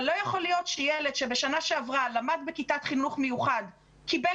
אבל לא יכול להיות שילד שבשנה שעברה למד בכיתת חינוך מיוחד וקיבל